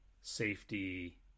safety